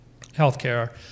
healthcare